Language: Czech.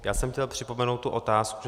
Já jsem chtěl připomenout tu otázku.